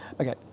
Okay